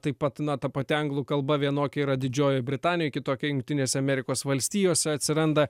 taip pat na ta pati anglų kalba vienokia yra didžiojoj britanijoj kitokia jungtinėse amerikos valstijose atsiranda